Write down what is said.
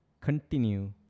continue